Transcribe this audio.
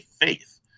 faith